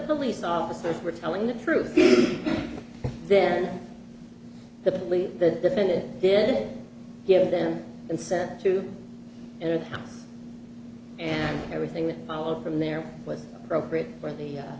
police officers were telling the truth then the police the defendant did give them and so to him and everything that followed from there was appropriate for the